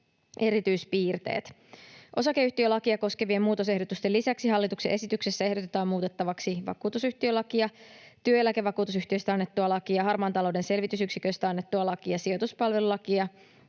erityispiirteet. Osakeyhtiölakia koskevien muutosehdotusten lisäksi hallituksen esityksessä ehdotetaan muutettavaksi vakuutusyhtiölakia, työeläkevakuutusyhtiöistä annettua lakia, Harmaan talouden selvitysyksiköstä annettua lakia, sijoituspalvelulakia,